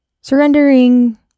Surrendering